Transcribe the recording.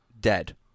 Dead